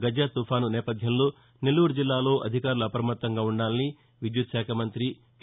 గజ తుపాను నేపథ్యంలో నెల్లూరు జిల్లాలో అధికారులు అపమత్తంగా ఉండాలని విద్యుత్ శాఖ మంత్రి కె